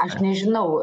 aš nežinau